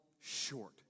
short